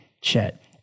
Chet